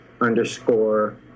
underscore